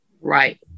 Right